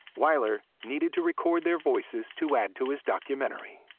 wyler needed to record their voices to add to his documentary.